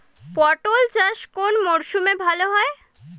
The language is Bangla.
পটল চাষ কোন মরশুমে ভাল হয়?